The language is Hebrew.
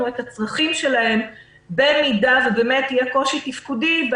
את הצרכים שלהם במידה ובאמת יהיה קושי תפקודי,